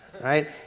right